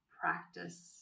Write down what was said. practice